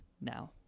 now